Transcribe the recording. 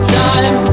time